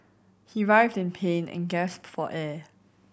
he writhed in pain and gasped for air